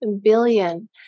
billion